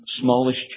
smallest